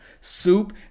soup